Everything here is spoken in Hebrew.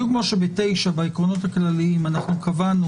בדיוק כפי שב-9 בעקרונות הכלליים קבענו